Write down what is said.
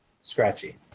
scratchy